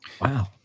Wow